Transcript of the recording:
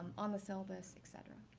on the syllabus, et cetera.